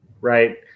right